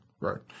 right